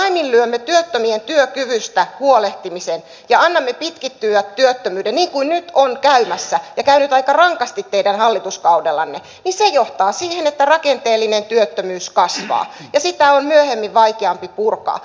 jos me laiminlyömme työttömien työkyvystä huolehtimisen ja annamme työttömyyden pitkittyä niin kuin nyt on käymässä ja käynyt aika rankasti teidän hallituskaudellanne niin se johtaa siihen että rakenteellinen työttömyys kasvaa ja sitä on myöhemmin vaikeampi purkaa